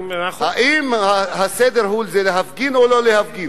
אם הסדר הוא להפגין או לא להפגין,